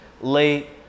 late